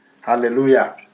Hallelujah